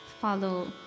follow